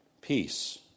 peace